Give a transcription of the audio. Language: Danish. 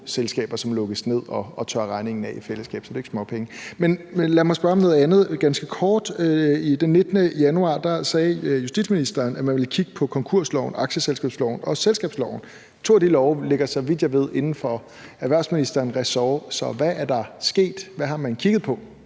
selskaber, som lukkes ned og tørrer regningen af på fællesskabet; så det er ikke småpenge. Men lad mig spørge om noget andet ganske kort: Den 19. januar sagde justitsministeren, at man vil kigge på konkursloven, aktieselskabsloven og selskabsloven. To af de love ligger, så vidt jeg ved, inden for erhvervsministerens ressort, så hvad er der sket, og hvad har man kigget på,